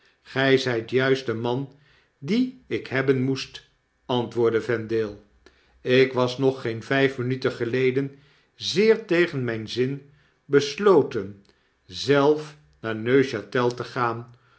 juist de man dienik hebben moest antwoordde vendale jk was nog geen vyf minuten geleden zeer tegen myn zin besloten zelf naar neuchatel te gaan